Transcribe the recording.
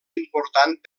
important